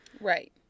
Right